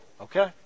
okay